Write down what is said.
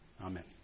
Amen